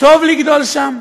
טוב לגדול שם,